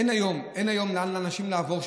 אין היום לאנשים לאן לעבור,